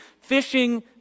fishing